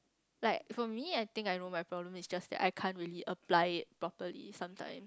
like for me I think I know my problem is just I can't really apply it properly sometimes